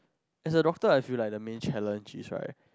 as a doctor I feel that the main challenge is right